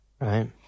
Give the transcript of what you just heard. Right